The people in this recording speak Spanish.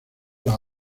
las